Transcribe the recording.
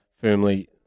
firmly